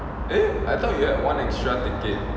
eh I thought you had one extra ticket